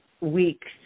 weeks